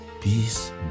Peace